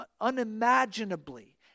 unimaginably